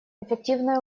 эффективное